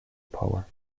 power